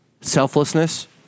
selflessness